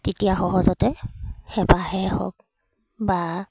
তেতিয়া সহজতে হেপাহে হওক বা